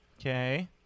Okay